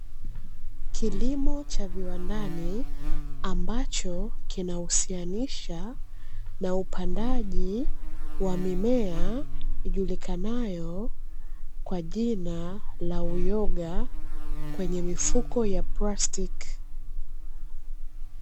Kilimo cha viwandani ambacho kinahusianisha na upandaji wa mimea, ijulikanayo kwa jina la uyoga kwenye mifuko ya plastiki.